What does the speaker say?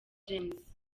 james